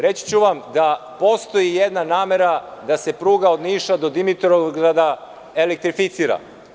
Reći ću vam da postoji jedna namera da se pruga od Niša do Dimitrovgrada elektrificira.